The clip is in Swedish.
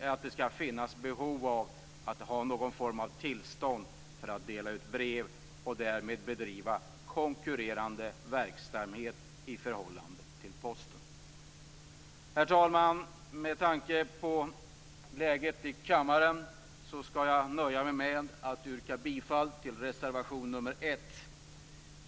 att det skulle finnas behov av att ha någon form av tillstånd för att dela ut brev och därmed bedriva konkurrerande verksamhet i förhållande till Posten. Herr talman! Med tanke på läget i kammaren skall jag nöja mig med att yrka bifall till reservation 1.